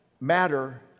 matter